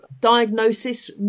diagnosis